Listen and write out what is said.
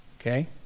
Okay